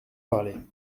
parler